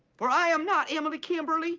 for i am not emily kimberly